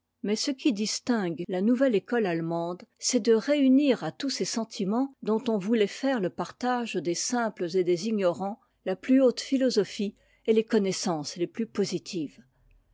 mais ce qui distingue la nouvelle école allemande c'est de réunir à tous ces sentiments dont on voulait faire le partage des simples et des ignorants la plus haute philosophie et les connaissances les plus positives